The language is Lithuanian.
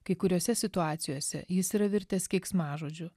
kai kuriose situacijose jis yra virtęs keiksmažodžiu